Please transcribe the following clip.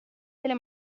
delle